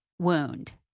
wound